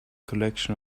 collection